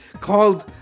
called